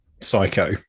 psycho